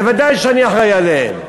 בוודאי שאני אחראי עליהם.